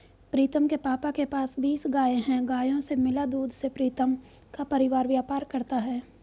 प्रीतम के पापा के पास बीस गाय हैं गायों से मिला दूध से प्रीतम का परिवार व्यापार करता है